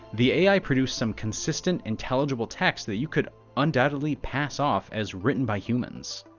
the ai produced some consistent, intelligible text that you could undoubtedly pass off as written by humans.